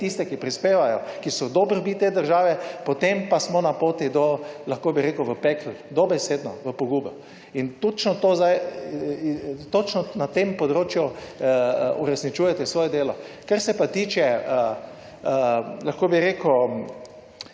tiste, ki prispevajo, ki so v dobrobit te države, potem pa smo na poti do, lahko bi rekel, v pekel, dobesedno v pogubo. In točno to zdaj, točno na tem področju uresničujete svoje delo. Kar se pa tiče, lahko bi rekel,